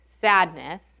sadness